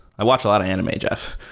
i watch a lot of anime, jeff.